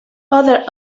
other